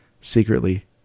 secretly